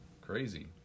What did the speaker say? Crazy